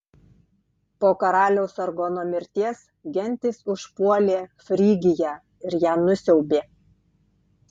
po karaliaus sargono mirties gentys užpuolė frygiją ir ją nusiaubė